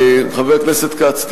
חבר הכנסת כץ.